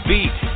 Beat